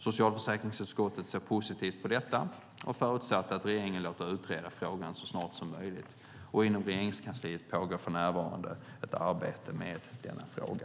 Socialförsäkringsutskottet såg positivt på detta och förutsatte att regeringen låter utreda frågan så snart som möjligt. Inom Regeringskansliet pågår för närvarande ett arbete med denna fråga.